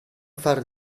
far